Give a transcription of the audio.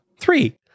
three